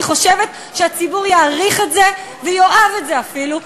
אני חושבת שהציבור יעריך את זה ויאהב את זה אפילו,